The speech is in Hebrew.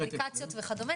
אפליקציות וכדומה,